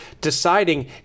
deciding